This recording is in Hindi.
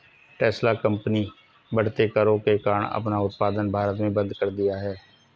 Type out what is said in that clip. टेस्ला कंपनी बढ़ते करों के कारण अपना उत्पादन भारत में बंद कर दिया हैं